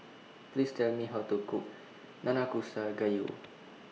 Please Tell Me How to Cook Nanakusa Gayu